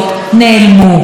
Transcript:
אדוני ראש הממשלה,